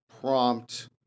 prompt